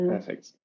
Perfect